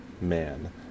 man